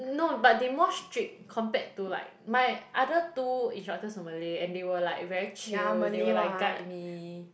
no but they more strict compared to like my other two instructors were Malay and they were like very chill they will like guide me